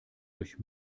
durch